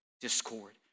discord